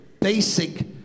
basic